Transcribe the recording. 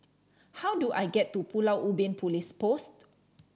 how do I get to Pulau Ubin Police Post